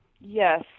Yes